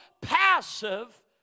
passive